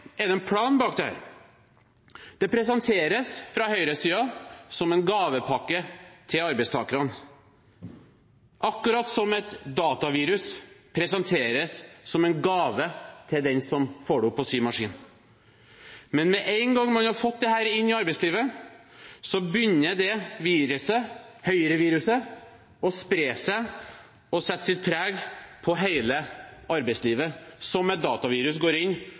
er det en plan bak dette. Det presenteres fra høyresiden som en gavepakke til arbeidstakerne – akkurat som et datavirus presenteres som en gave til den som får det opp på sin maskin. Men med en gang man har fått dette inn i arbeidslivet, begynner høyreviruset å spre seg og sette sitt preg på hele arbeidslivet, som et datavirus som går inn